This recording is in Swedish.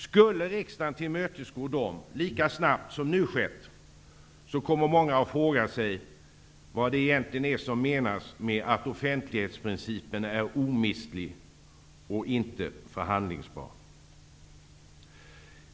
Skulle riksdagen tillmötesgå dem lika snabbt som nu har skett, kommer många att fråga sig vad som egentligen menas med att offentlighetsprincipen är omistlig och icke förhandlingsbar.